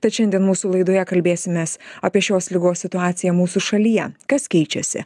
tad šiandien mūsų laidoje kalbėsimės apie šios ligos situaciją mūsų šalyje kas keičiasi